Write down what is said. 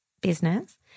business